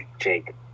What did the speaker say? Jake